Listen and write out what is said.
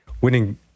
winning